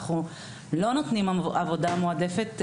אנחנו לא נותנים עבודה מועדפת,